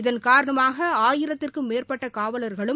இதன் காரணமாக ஆயிரத்துக்கும் மேற்பட்ட காவலர்களும்